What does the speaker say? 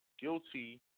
guilty